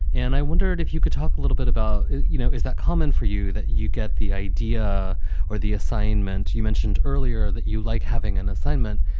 and i wondered if you could talk a little bit about, you know, is that common for you, that you get the idea or the assignment? you mentioned earlier that you like having an assignment.